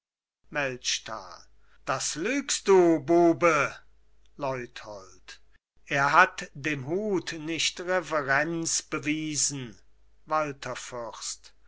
das lügst du bube leuthold er hat dem hut nicht reverenz bewiesen